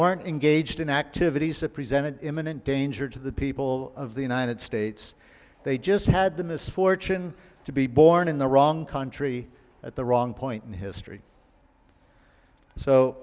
weren't engaged in activities that presented imminent danger to the people of the united states they just had the misfortune to be born in the wrong country at the wrong point in history so